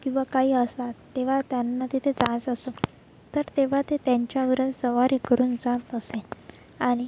किंवा काही असतात तेव्हा त्यांना तिथे जायचं असतं तर तेव्हा ते त्यांच्यावरच स्वारी करून जात असे आणि